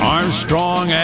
Armstrong